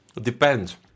Depends